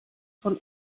von